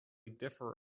differ